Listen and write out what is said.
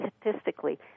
statistically